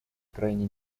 крайне